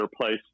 place